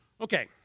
Okay